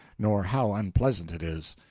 nor how unpleasant it is.